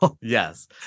yes